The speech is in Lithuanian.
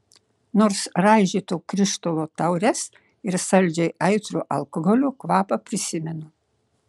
nors raižyto krištolo taures ir saldžiai aitrų alkoholio kvapą prisimenu